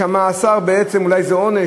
שבעצם המאסר הוא אולי עונש,